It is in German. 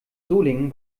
solingen